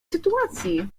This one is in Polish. sytuacji